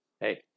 hey